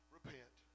Repent